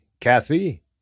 Kathy